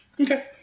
Okay